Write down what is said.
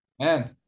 Man